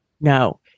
No